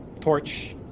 torch